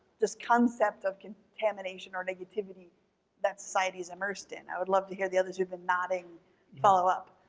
this concept of contamination or negativity that society's immersed in. i would love to hear the others who've been nodding follow up.